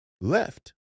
left